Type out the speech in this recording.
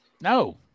No